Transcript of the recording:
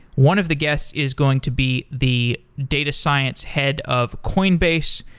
one of the guests is going to be the data science head of coinbase.